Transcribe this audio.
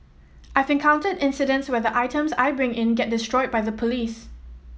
I've encountered incidents where the items I bring in get destroyed by the police